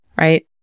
Right